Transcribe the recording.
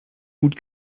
gut